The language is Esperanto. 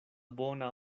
bona